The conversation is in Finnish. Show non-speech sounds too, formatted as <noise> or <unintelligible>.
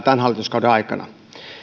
<unintelligible> tämän hallituskauden aikana